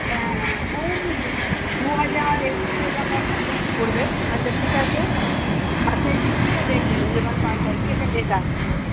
হ্যাঁ ওই দু দু হাজার একুশশো টাকার মতো পড়বে আচ্ছা ঠিক আছে আচ্ছা এই জুতোটা দেখুন এবার পায়ে হয় কি এটা লেদার পিওর